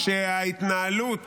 שההתנהלות